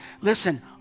listen